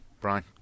Brian